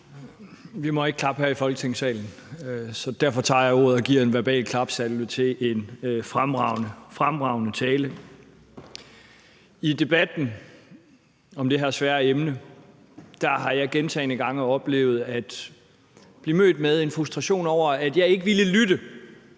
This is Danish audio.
Vi må ikke klappe her i Folketingssalen, derfor tager jeg ordet og giver en verbal klapsalve til en fremragende, fremragende tale. I debatten om det her svære emne har jeg gentagne gange oplevet at blive mødt med en frustration over, at jeg ikke ville lytte